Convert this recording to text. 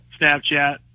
Snapchat